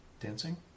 Dancing